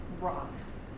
rocks